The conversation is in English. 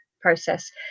process